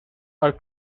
are